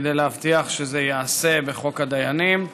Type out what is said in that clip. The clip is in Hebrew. כדי להבטיח שזה ייעשה בחוק הדיינים.